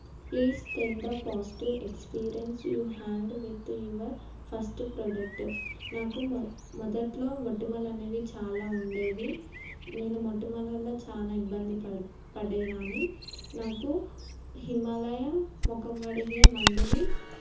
please tell the positive experience you had with your first product నాకు మొ మొదట్లో మొటిమలు అనేవి చాలా ఉండేవి నేను మొటిమలలో చాలా ఇబ్బంది పడు పడేదాన్ని నాకు హిమాలయ ముఖం కడిగే మందుని